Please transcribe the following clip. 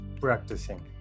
practicing